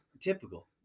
Typical